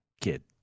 Kid